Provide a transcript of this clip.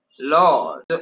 Lord